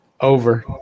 Over